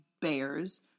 bears